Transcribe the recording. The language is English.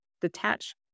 detach